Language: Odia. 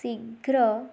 ଶୀଘ୍ର